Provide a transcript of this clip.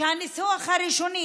שהניסוח הראשוני,